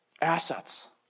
assets